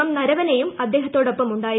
M നരവനെയും അദ്ദേഹത്തോടൊപ്പമുണ്ടായിരുന്നു